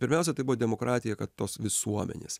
pirmiausia tai buvo demokratija kad tos visuomenės